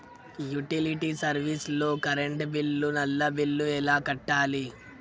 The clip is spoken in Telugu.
యుటిలిటీ సర్వీస్ లో కరెంట్ బిల్లు, నల్లా బిల్లు ఎలా కట్టాలి?